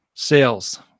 Sales